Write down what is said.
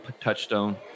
Touchstone